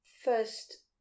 first